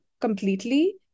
completely